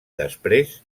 després